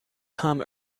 come